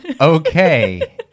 Okay